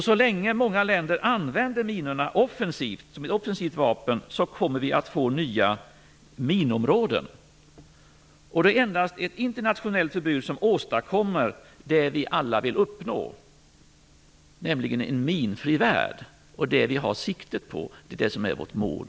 Så länge många länder använder minorna som ett offensivt vapen kommer vi att få nya minområden. Det är endast med ett internationellt förbud som vi kan åstadkomma det vi alla vill uppnå, nämligen en minfri värld. Det är det vi har siktet på, det är det som är vårt mål.